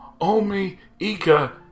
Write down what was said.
Omi-Ika